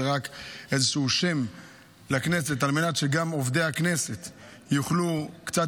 זה רק איזשהו שם לכנסת על מנת שגם עובדי הכנסת יוכלו קצת